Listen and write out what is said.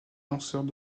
lanceurs